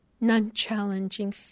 non-challenging